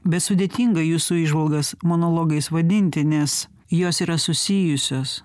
bet sudėtinga jūsų įžvalgas monologais vadinti nes jos yra susijusios